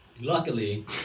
Luckily